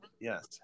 yes